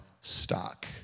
stock